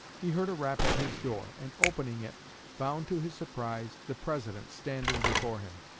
he heard a rap at his door, and opening it found to his surprise the president standing before him.